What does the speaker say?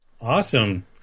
Awesome